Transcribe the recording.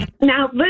now